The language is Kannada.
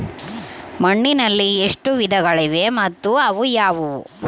ಮಣ್ಣಿನಲ್ಲಿ ಎಷ್ಟು ವಿಧಗಳಿವೆ ಮತ್ತು ಅವು ಯಾವುವು?